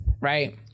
right